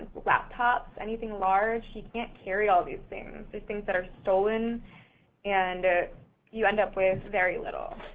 laptops, anything large. you can't carry all these things. these things that are stolen and you end up with very little.